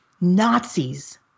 Nazis